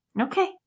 Okay